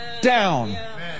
down